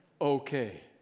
okay